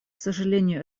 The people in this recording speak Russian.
сожалению